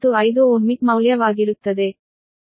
1495 ohmic ಮೌಲ್ಯವಾಗಿರುತ್ತದೆ